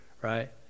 right